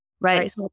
Right